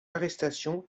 arrestation